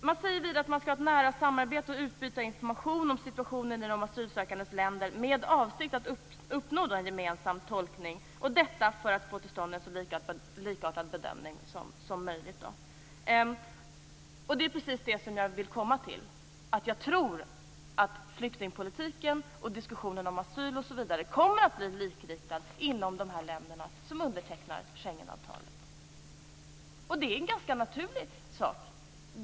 Man säger vidare att man skall ha ett nära samarbete och utbyta information om situationen i de asylsökandes länder med avsikt att uppnå en gemensam tolkning, detta för att få till stånd en så likartad bedömning som möjligt. Det är precis detta jag vill komma till. Jag tror nämligen att flyktingpolitiken och diskussionen om asyl osv. kommer att bli likriktad inom de länder som undertecknar Schengenavtalet. Det är en ganska naturlig sak.